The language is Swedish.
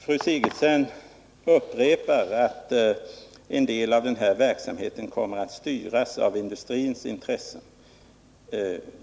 Fru Sigurdsen upprepar att en del av den här verksamheten kommer att styras av industrins intressen.